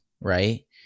right